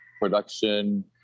production